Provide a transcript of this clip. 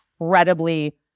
incredibly